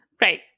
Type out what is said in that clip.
Right